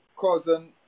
cousin